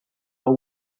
are